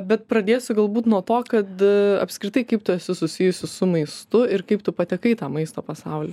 bet pradėsiu galbūt nuo to kad apskritai kaip tu esi susijusi su maistu ir kaip tu patekai į tą maisto pasaulį